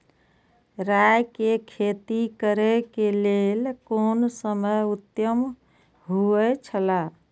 राय के खेती करे के लेल कोन समय उत्तम हुए छला?